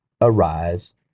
arise